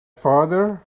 father